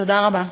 תודה רבה.